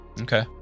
Okay